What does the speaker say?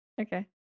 Okay